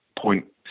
point